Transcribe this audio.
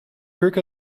kirk